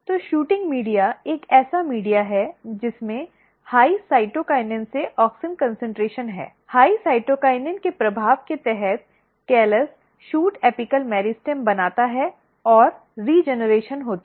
तो shooting media एक ऐसा मीडिया है जिसमें उच्च साइटोकिनिन से ऑक्सिन कॉन्सन्ट्रेशन है उच्च साइटोकिनिन के प्रभाव के तहत कैलस शूट एपिकल मेरिस्टेम बनाता है और पुनःस्थापन होती है